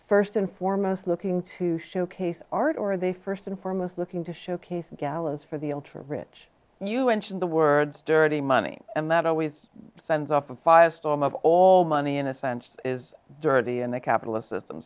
first and foremost looking to showcase art or they st and foremost looking to showcase the gallows for the ultra rich you enter in the words dirty money and that always sends off a firestorm of all money in a sense is dirty and the capitalist system